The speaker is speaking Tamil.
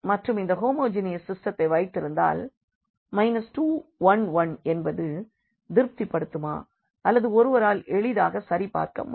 மற்றும் இந்த ஹோமோஜீனியஸ் சிஸ்டெத்தை வைத்திருந்தால் 2 1 1 என்பது திருப்திபடுத்துமா என்று ஒருவரால் எளிதாக சரி பார்க்கமுடியும்